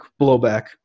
blowback